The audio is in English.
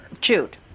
Jude